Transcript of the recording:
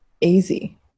easy